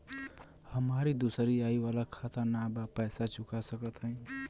हमारी दूसरी आई वाला खाता ना बा पैसा चुका सकत हई?